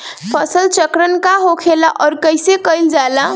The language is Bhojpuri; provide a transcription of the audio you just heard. फसल चक्रण का होखेला और कईसे कईल जाला?